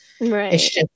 right